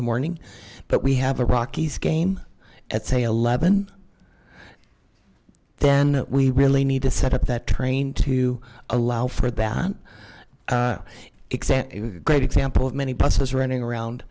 the morning but we have a rockies game at say eleven zero then we really need to set up that train to allow for that exactly a great example of many buses running around